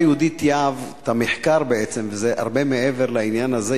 את המחקר, בעצם, וזה הרבה מעבר לעניין הזה.